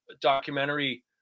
documentary